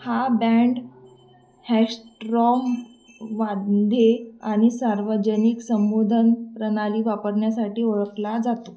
हा बँड हॅश्ट्रॉम वांधे आणि सार्वजनिक संबोधन प्रणाली वापरण्यासाटी ओळखला जातो